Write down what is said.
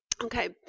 Okay